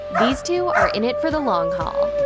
these two are in it for the long haul.